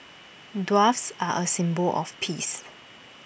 doves are A symbol of peace